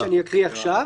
שאני אקריא עכשיו,